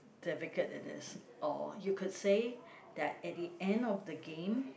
difficult it is or you could say that at the end of the game